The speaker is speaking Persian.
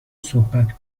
صحبت